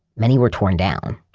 many were torn down.